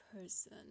person